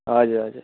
हजुर हजुर